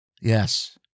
Yes